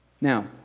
Now